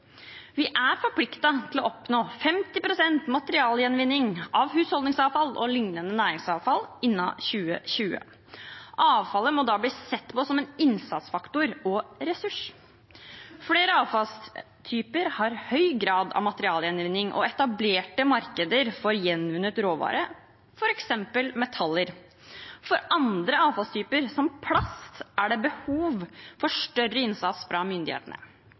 Vi er forpliktet til å oppnå 50 pst. materialgjenvinning av husholdningsavfall og lignende næringsavfall innen 2020. Avfallet må da bli sett på som en innsatsfaktor og ressurs. Flere avfallstyper har høy grad av materialgjenvinning og etablerte markeder for gjenvunnet råvare, f.eks. metaller. For andre avfallstyper, som plast, er det behov for større innsats fra myndighetene.